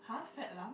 [huh] fake alarm